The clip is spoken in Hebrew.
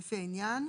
לפי העניין,